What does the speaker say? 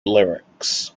lyrics